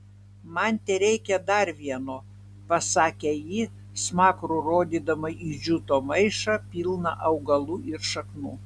man tereikia dar vieno pasakė ji smakru rodydama į džiuto maišą pilną augalų ir šaknų